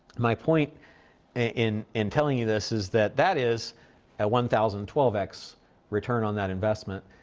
my point in in telling you this is that that is a one thousand, twelve x return on that investment.